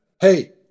hey